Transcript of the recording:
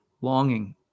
longing